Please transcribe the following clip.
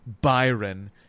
Byron